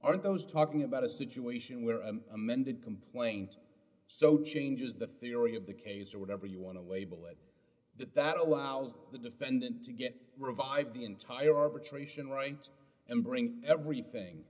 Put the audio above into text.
are those talking about a situation where an amended complaint so changes the theory of the case or whatever you want to label it that that allows the defendant to get revive the entire arbitration right and bring everything